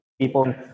People